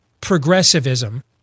progressivism